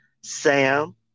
Sam